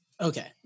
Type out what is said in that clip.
okay